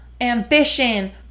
Ambition